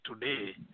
today